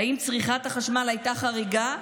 האם צריכת החשמל הייתה חריגה?